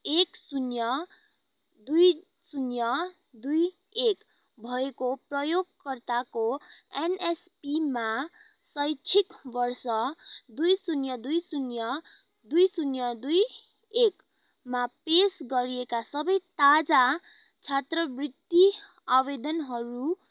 एक शून्य दुई शून्य दुई एक भएको प्रयोगकर्ताको एन एस पीमा शैक्षिक वर्ष दुई शून्य दुई शून्य दुई शुन्य दुई एकमा पेस गरिएका सबै ताजा छात्रवृति आवेदनहरू